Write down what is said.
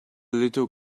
little